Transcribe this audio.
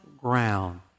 ground